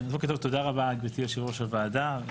בוקר טוב, תודה רבה גבירתי יושבת-ראש הוועדה על